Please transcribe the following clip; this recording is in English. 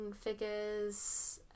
figures